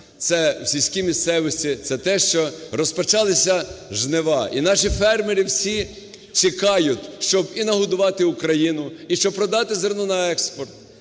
це в сільській місцевості, це те, що розпочалися жнива. І наші фермери всі чекають, щоб і нагодувати Україну, і щоб продати зерно на експорт.